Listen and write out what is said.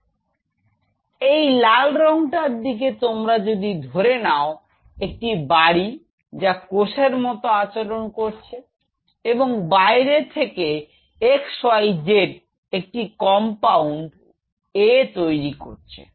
এখন এই লাল রঙ টার দিকে তোমরা যদি ধরে নাও একটি বাড়ি যা কোষের মত আচরণ করছে এবং বাইরে থেকে XYZ একটি কম্পাউন্ড A তৈরি করছে